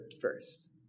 first